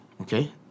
okay